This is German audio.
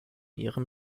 ihrem